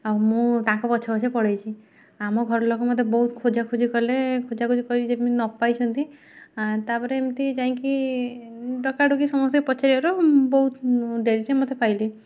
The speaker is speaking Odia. ଆଉ ମୁଁ ତାଙ୍କ ପଛେ ପଛେ ପଳାଇଛି ଆମ ଘର ଲୋକ ମୋତେ ବହୁତ ଖୋଜାଖୋଜି କଲେ ଖୋଜାଖୋଜି କରି ଯେମିତି ନପାଇଛନ୍ତି ତାପରେ ଏମିତି ଯାଇକି ଡକାଡକି ସମସ୍ତଙ୍କି ପଚାରିବାରୁ ବହୁତ ଡେରିରେ ମୋତେ ପାଇଲେ